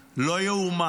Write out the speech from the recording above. לא ייאמן